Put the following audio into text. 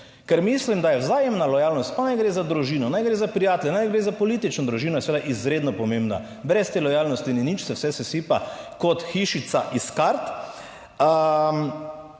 ker mislim, da je vzajemna lojalnost, pa naj gre za družino, naj gre za prijatelje, naj gre za politično družino, je seveda izredno pomembna. Brez te lojalnosti ni nič, se vse sesipa kot hišica iz kart